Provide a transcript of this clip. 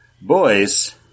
Boys